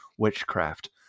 witchcraft